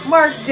Mark